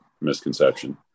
misconception